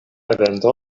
evento